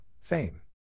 fame